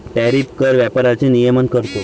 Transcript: tariff कर व्यापाराचे नियमन करतो